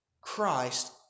Christ